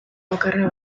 bakarra